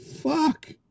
Fuck